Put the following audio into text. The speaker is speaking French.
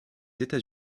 états